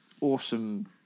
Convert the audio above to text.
awesome